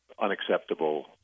unacceptable